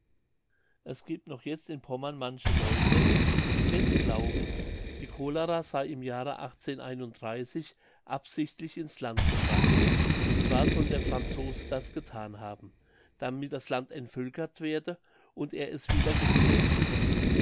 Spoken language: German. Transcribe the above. es giebt noch jetzt in pommern manche leute die fest glauben die cholera sey im jahre absichtlich ins land gebracht und zwar soll der franzose das gethan haben damit das land entvölkert werde und er es wieder gewinnen könne